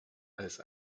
als